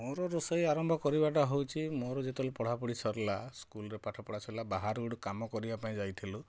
ମୋର ରୋଷେଇ ଆରମ୍ଭ କରିବାଟା ହେଉଛି ମୋର ଯେତେବେଲେ ପଢ଼ାପଢ଼ି ସରିଲା ସ୍କୁଲରେ ପାଠପଢ଼ା ସରିଲା ବାହାରେ ଗୋଟେ କାମ କରିବା ପାଇଁ ଯାଇଥିଲୁ